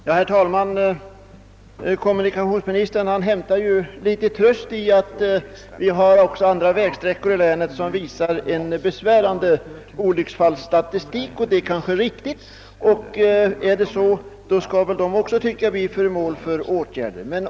Herr talman! Kommunikationsministern hämtar litet tröst i det förhållandet att vi har även andra vägsträckor i länet som uppvisar en besvärande olycksstatistik. Men om så är fallet bör också de sträckorna bli föremål för åtgärder.